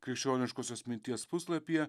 krikščioniškosios minties puslapyje